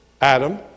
Adam